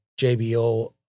JBO